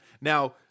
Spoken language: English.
Now